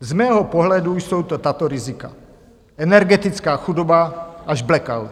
Z mého pohledu jsou to tato rizika: Energetická chudoba až blackout.